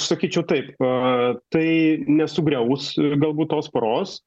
sakyčiau taip tai nesugriaus galbūt tos poros